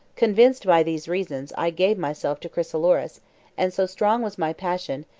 convinced by these reasons, i gave myself to chrysoloras and so strong was my passion,